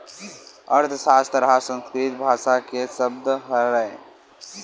अर्थसास्त्र ह संस्कृत भासा के सब्द हरय